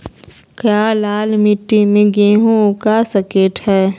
क्या लाल मिट्टी में गेंहु उगा स्केट है?